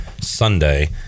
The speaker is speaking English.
sunday